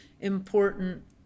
important